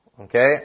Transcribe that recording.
Okay